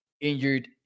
injured